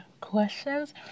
questions